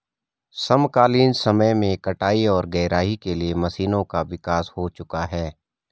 समकालीन समय में कटाई और गहराई के लिए मशीनों का विकास हो चुका है